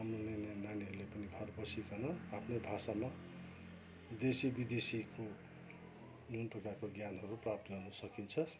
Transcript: हाम्रो नानीहरूले पनि घर बसिकिन आफ्नै भाषामा देशी विदेशीको जुन प्रकारको ज्ञानहरू प्राप्त हुन सकिन्छ